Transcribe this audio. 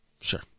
Sure